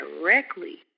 directly